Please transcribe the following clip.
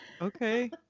okay